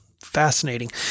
fascinating